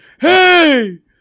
Hey